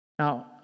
Now